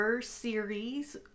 series